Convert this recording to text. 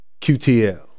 QTL